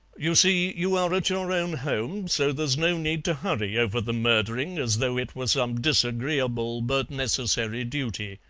you see, you are at your own home, so there's no need to hurry over the murdering as though it were some disagreeable but necessary duty.